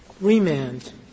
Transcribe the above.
remand